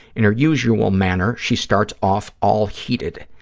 in her usual manner, she starts off all heated,